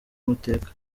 amateka